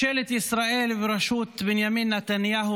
ממשלת ישראל בראשות בנימין נתניהו